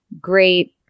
great